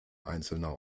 einzelner